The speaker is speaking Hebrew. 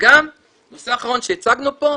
ונושא אחרון שהצגנו פה,